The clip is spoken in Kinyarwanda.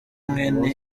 mwene